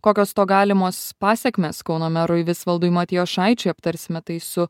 kokios to galimos pasekmės kauno merui visvaldui matijošaičiui aptarsime tai su